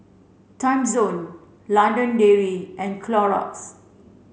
timezone London Dairy and Clorox